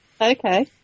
Okay